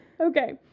Okay